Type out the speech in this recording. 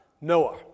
Noah